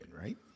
right